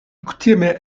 kutime